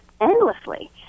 endlessly